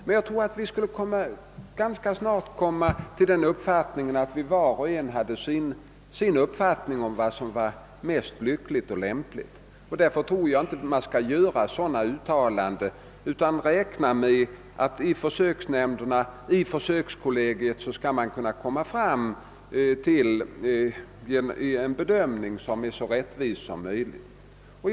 Men man skulle nog ganska snart komma underfund med att var och en har sin uppfattning om vad som är mest angeläget. Därför bör riksdagen inte göra sådana uttalanden utan i stället lita på att försökskollegiet gör en så rättvis bedömning som möjligt.